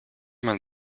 man